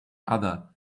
other